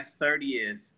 30th